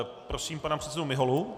Prosím pana předsedu Miholu.